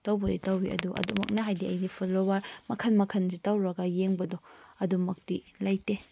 ꯇꯧꯕꯒꯤꯗꯤ ꯇꯧꯏ ꯑꯗꯨ ꯑꯗꯨꯃꯛꯅ ꯍꯥꯏꯕꯗꯤ ꯑꯩꯗꯤ ꯐꯣꯂꯣꯋꯥꯔ ꯃꯈꯟ ꯃꯈꯟꯁꯤ ꯇꯧꯔꯒ ꯌꯦꯡꯕꯗꯣ ꯑꯗꯨꯃꯛꯇꯤ ꯂꯩꯇꯦ